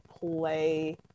play